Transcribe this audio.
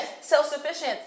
self-sufficient